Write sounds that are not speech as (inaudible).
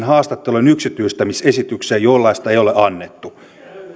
(unintelligible) haastattelujen yksityistämisesitykseen jollaista ei ole annettu